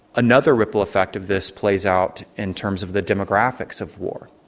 another ripple effect of this plays out in terms of the demographics of war.